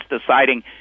deciding